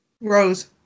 Rose